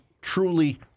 truly